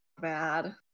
Bad